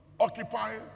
occupy